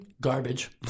Garbage